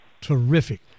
terrific